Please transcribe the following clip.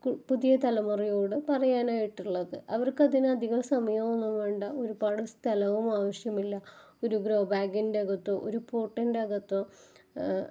കു പുതിയ തലമുറയോട് പറയാനായിട്ടുള്ളത് അവര്ക്കതിനധികം സമയമൊന്നും വേണ്ട ഒരുപാട് സ്ഥലവും ആവശ്യമില്ല ഒരു ഗ്രോ ബാഗിൻറ്റകത്തോ ഒരു പോട്ടിന്റകത്തൊ